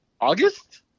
august